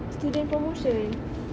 student promotion